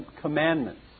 commandments